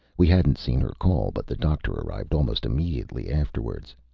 we hadn't seen her call, but the doctor arrived almost immediately afterwards.